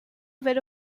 ver